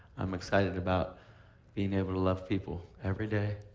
i'm excited about i mean able to love people every day.